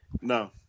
No